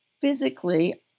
physically